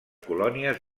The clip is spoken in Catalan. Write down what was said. colònies